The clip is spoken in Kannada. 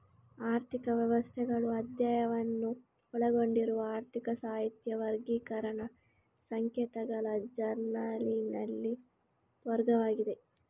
ಆರ್ಥಿಕ ವ್ಯವಸ್ಥೆಗಳು ಅಧ್ಯಯನವನ್ನು ಒಳಗೊಂಡಿರುವ ಆರ್ಥಿಕ ಸಾಹಿತ್ಯ ವರ್ಗೀಕರಣ ಸಂಕೇತಗಳ ಜರ್ನಲಿನಲ್ಲಿನ ವರ್ಗವಾಗಿದೆ